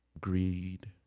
greed